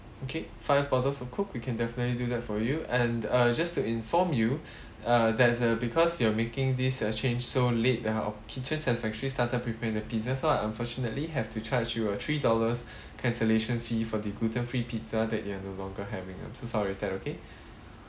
okay five bottles of coke we can definitely do that for you and uh just to inform you uh that's a because you are making this uh change so late our kitchens have actually started prepare the pizzas so I unfortunately have to charge you a three dollars cancellation fee for the gluten free pizza that you are no longer having I'm so sorry is that okay